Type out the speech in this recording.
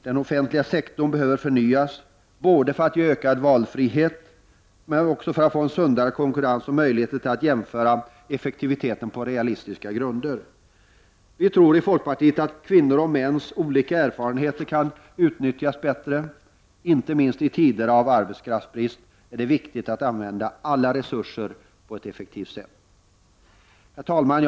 Den offentliga sektorn behöver förnyas för att ge både ökad valfrihet, en sundare konkurrens och möjligheter till att jämföra effektiviteten på realistiska grunder. Vi i folkpartiet tror att kvinnors och mäns olika erfarenheter kan utnyttjas bättre. Inte minst i tider av arbetskraftsbrist är det viktigt att använda alla resurser på ett effektivt sätt. Herr talman!